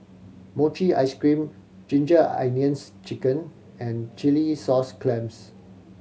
mochi ice cream Ginger Onions Chicken and chilli sauce clams